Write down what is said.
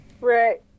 Right